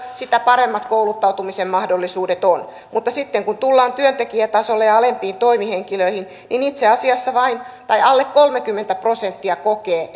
sitä paremmat kouluttautumisen mahdollisuudet on mutta sitten kun tullaan työntekijätasolle ja alempiin toimihenkilöihin niin itse asiassa alle kolmekymmentä prosenttia kokee